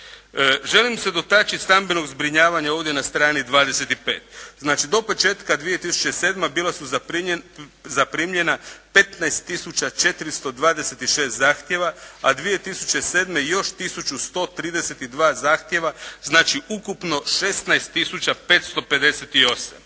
Želim se dotaći stambenog zbrinjavanja ovdje na strani 25. Znači do početka 2007. bila su zaprimljena 15 tisuća 426 zahtjeva, a 2007. još tisuću 132 zahtjeva, znači ukupno 16